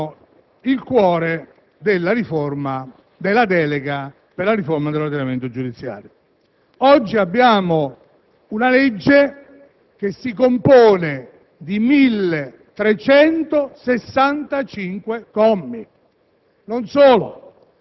costituivano il cuore della delega per la riforma dell'ordinamento giudiziario. Oggi abbiamo un disegno di legge che si compone di 1.365 commi.